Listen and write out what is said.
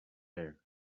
air